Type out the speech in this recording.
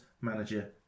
manager